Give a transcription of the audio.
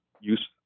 use